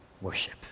Worship